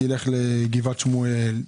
תלך לגבעת שמואל,